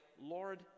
Lord